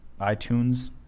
itunes